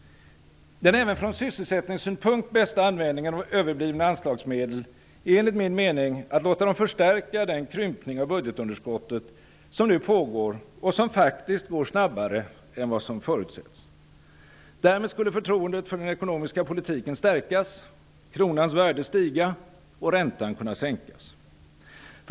Den även från sysselsättningssynpunkt bästa användningen av överblivna anslagsmedel är enligt min mening att låta dem förstärka den krympning av budgetunderskottet som nu pågår och som faktiskt går snabbare än vad som förutsetts. Därmed skulle förtroendet för den ekonomiska politiken stärkas, kronans värde stiga och räntan kunna sänkas.